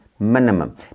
minimum